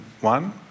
one